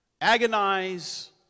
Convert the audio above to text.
agonize